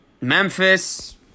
Memphis